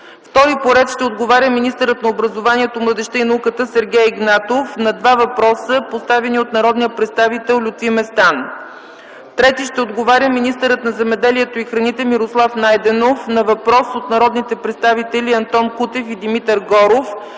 Втори по ред ще отговаря министърът на образованието, младежта и науката Сергей Игнатов на два въпроса, поставени от народния представител Лютви Местан. Трети ще отговаря министърът на земеделието и храните Мирослав Найденов на въпрос от народните представители Антон Кутев и Димитър Горов